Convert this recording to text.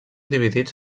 dividits